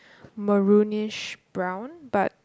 maroonish brown but